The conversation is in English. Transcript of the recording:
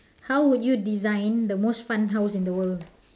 how would you design the most fun house in the world